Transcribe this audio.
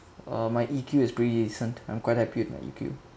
uh my E_Q is pretty decent and I'm quite happy with my E_Q